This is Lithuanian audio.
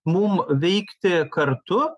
mum veikti kartu